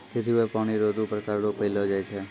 पृथ्वी पर पानी रो दु प्रकार रो पैलो जाय छै